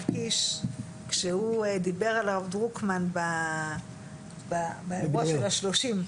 קיש כשהוא דיבר על הרב דרוקמן באירוע של ה-30.